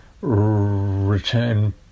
return